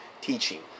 teaching